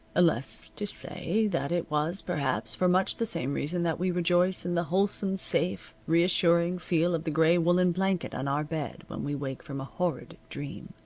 unless to say that it was, perhaps, for much the same reason that we rejoice in the wholesome, safe, reassuring feel of the gray woolen blanket on our bed when we wake from a horrid dream.